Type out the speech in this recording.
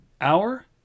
hour